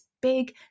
big